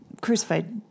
Crucified